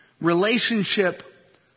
relationship